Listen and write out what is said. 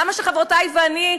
למה שחברותיי ואני,